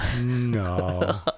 no